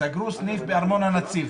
סגרו סניף בארמון הנציב,